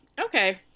Okay